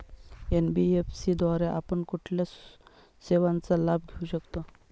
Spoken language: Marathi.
एन.बी.एफ.सी द्वारे आपण कुठल्या सेवांचा लाभ घेऊ शकतो?